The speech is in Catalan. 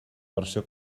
versió